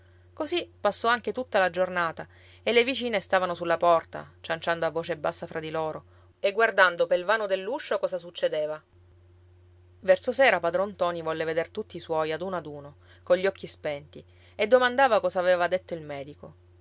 così passò anche tutta la giornata e le vicine stavano sulla porta cianciando a voce bassa fra di loro e guardando pel vano dell'uscio cosa succedeva verso sera padron ntoni volle veder tutti i suoi ad uno ad uno cogli occhi spenti e domandava cosa aveva detto il medico